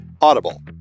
audible